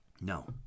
no